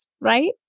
right